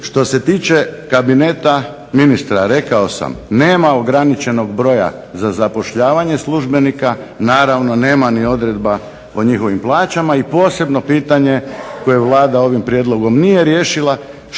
Što se tiče kabineta ministra, rekao sam nema ograničenog broja za zapošljavanje službenika, naravno nema ni odredba po njihovim plaćama. I posebno pitanje koje Vlada ovim prijedlogom nije riješila,